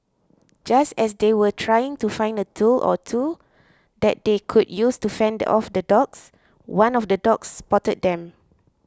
just as they were trying to find a tool or two that they could use to fend off the dogs one of the dogs spotted them